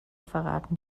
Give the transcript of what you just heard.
verraten